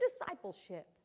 discipleship